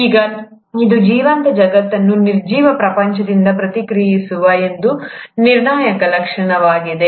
ಈಗ ಇದು ಜೀವಂತ ಜಗತ್ತನ್ನು ನಿರ್ಜೀವ ಪ್ರಪಂಚದಿಂದ ಪ್ರತ್ಯೇಕಿಸುವ ಒಂದು ನಿರ್ಣಾಯಕ ಲಕ್ಷಣವಾಗಿದೆ